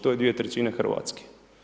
To je 2/3 Hrvatske.